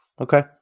Okay